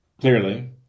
clearly